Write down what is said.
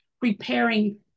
preparing